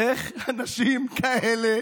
איך לאנשים כאלה